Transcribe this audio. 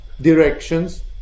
directions